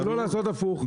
לא לעשות הפוך.